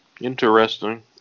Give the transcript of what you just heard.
Interesting